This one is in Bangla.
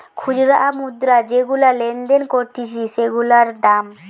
খুচরা মুদ্রা যেগুলা লেনদেন করতিছে সেগুলার দাম